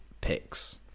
picks